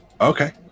Okay